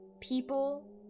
people